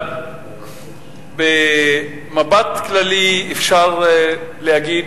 במבט כללי אפשר להגיד